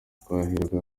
twahirwa